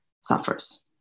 suffers